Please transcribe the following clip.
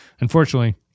Unfortunately